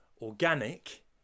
organic